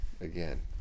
again